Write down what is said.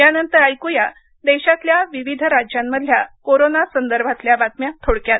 यानंतर ऐकुया देशातल्या विविध राज्यामधल्या कोरोना सदर्भातल्या बातम्या थोडक्यात